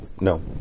No